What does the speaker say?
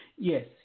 Yes